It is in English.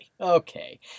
Okay